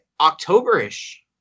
October-ish